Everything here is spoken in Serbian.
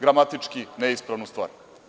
Gramatički neispravnu stvar.